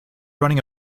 running